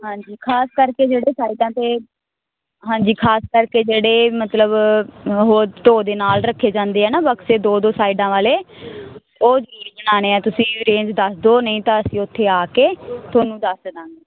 ਹਾਂਜੀ ਖ਼ਾਸ ਕਰਕੇ ਜਿਹੜੇ ਸਾਇਡਾਂ ਤੇ ਹਾਂਜੀ ਖ਼ਾਸ ਕਰਕੇ ਜਿਹੜੇ ਮਤਲਬ ਉਹ ਢੋਅ ਦੇ ਨਾਲ਼ ਰੱਖੇ ਜਾਂਦੇ ਐ ਨਾ ਬਕਸੇ ਦੋ ਦੋ ਸਾਇਡਾਂ ਵਾਲ਼ੇ ਉਹ ਜ਼ਰੂਰ ਬਨਾਨੇ ਐ ਤੁਸੀਂ ਰੇਂਜ ਦੱਸ ਦੋ ਨਹੀਂ ਤਾਂ ਅਸੀਂ ਓਥੇ ਆ ਆਕੇ ਥੋਨੂੰ ਦੱਸਦਾਂਗੇ